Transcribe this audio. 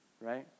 right